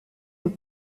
peut